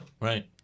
right